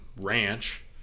ranch